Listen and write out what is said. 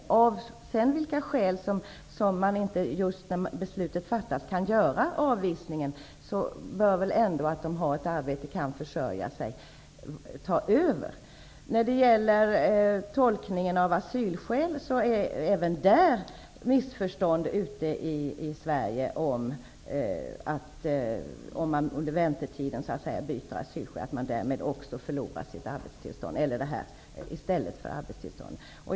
Oavsett vilka skälen är till att avvisningen inte kan göras när beslutet fattas bör det faktum att den sökande har ett arbete och kan försörja sig ta över. Även när det gäller tolkningen av asylskäl förekommer missförstånd ute i Sverige om att ifall man byter asylskäl under väntetiden förlorar man sitt arbetstillstånd.